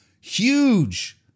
huge